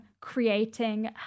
creating